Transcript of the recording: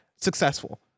successful